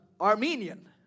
Armenian